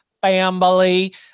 Family